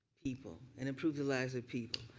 people and improve the lives of people?